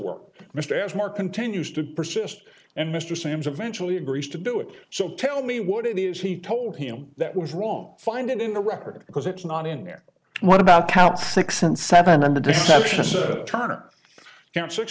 work mr as more continues to persist and mr sams eventually agrees to do it so tell me what it is he told him that was wrong find it in the record because it's not in there what about count six and seven and the turner